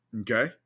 Okay